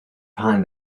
find